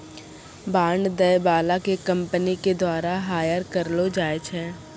bond दै बाला के कंपनी के द्वारा हायर करलो जाय छै